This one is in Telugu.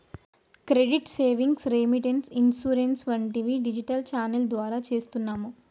క్రెడిట్ సేవింగ్స్, రేమిటేన్స్, ఇన్సూరెన్స్ వంటివి డిజిటల్ ఛానల్ ద్వారా చేస్తున్నాము